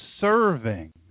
serving